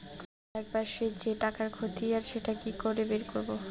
গত এক মাসের যে টাকার খতিয়ান সেটা কি করে বের করব?